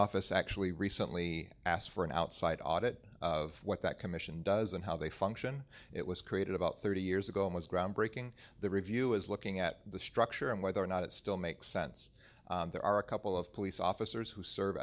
office actually recently asked for an outside audit of what that commission does and how they function it was created about thirty years ago it was groundbreaking the review is looking at the structure and whether or not it still makes sense there are a couple of police officers who serve